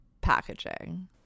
packaging